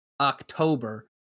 October